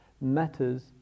matters